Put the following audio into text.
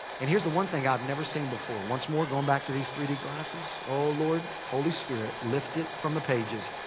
and here's the one thing i've never seen before. once more, going back to these three d glasses. oh lord, holy spirit lift it from the pages.